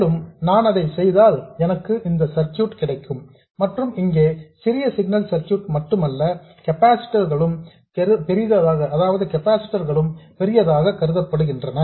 மேலும் நான் அதையும் செய்தால் எனக்கு இந்த சர்க்யூட் கிடைக்கும் மற்றும் இங்கே சிறிய சிக்னல் சர்க்யூட் மட்டுமல்ல கெபாசிட்டர்ஸ் களும் பெரியதாக கருதப்படுகிறது